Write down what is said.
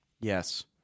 Yes